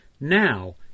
now